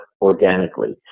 organically